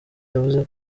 yavuze